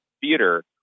theater